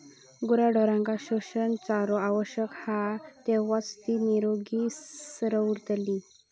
गुराढोरांका पोषक चारो आवश्यक हा तेव्हाच ती निरोगी रवतली